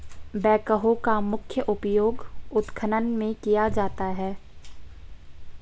backhoe का मुख्य उपयोग उत्खनन में किया जाता है